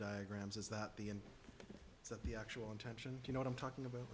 diagrams is that the end of the actual intention you know what i'm talking about